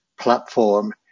platform